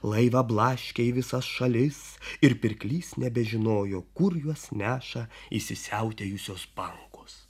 laivą blaškė į visas šalis ir pirklys nebežinojo kur juos neša įsisiautėjusios bangos